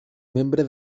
membre